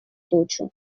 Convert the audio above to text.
тучу